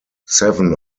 seven